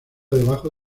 debajo